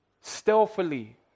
Stealthily